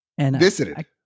Visited